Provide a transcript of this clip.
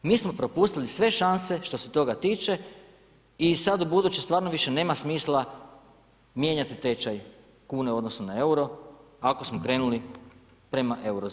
Mi smo propustili sve šanse što se toga tiče i sad ubuduće više stvarno nema smisla mijenjati tečaj kune u odnosu na euro ako smo krenuli prema Eurozoni.